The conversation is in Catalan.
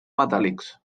metàl·lics